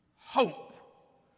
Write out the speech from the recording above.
hope